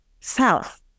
self